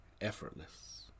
Effortless